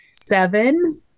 seven